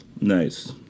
Nice